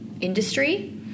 industry